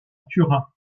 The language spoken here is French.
turin